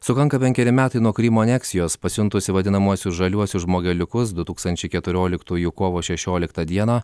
sukanka penkeri metai nuo krymo aneksijos pasiuntusi vadinamuosius žaliuosius žmogeliukus du tūkstančiai keturoliktųjų kovo šešioliktą dieną